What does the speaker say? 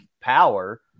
power